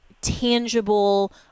tangible